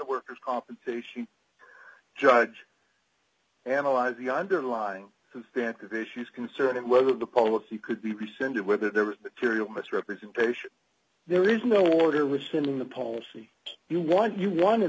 workers compensation judge analyze the underlying stance of issues concerning whether the policy could be rescinded whether there was a tiriel misrepresentation there is no order which in the polls you want you won in